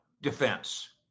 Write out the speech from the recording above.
defense